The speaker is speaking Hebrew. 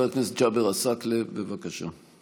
חבר הכנסת ג'אבר עסאקלה, בבקשה.